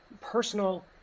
personal